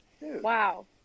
wow